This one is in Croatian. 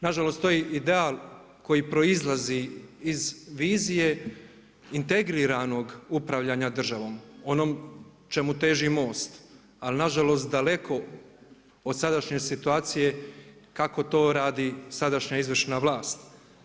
Nažalost, to je ideal koji proizlazi iz vizije integrirano upravljanja državom, onom čemu teži MOST ali nažalost daleko od sadašnje situacije kako to radi sadašnja izvršna vlast.